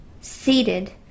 seated